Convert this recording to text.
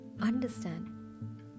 understand